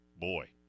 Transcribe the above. boy